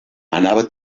anava